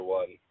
one